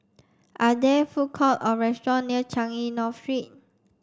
are there food court or restaurant near Changi North Street